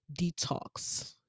detox